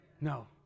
No